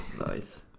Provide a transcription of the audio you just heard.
Nice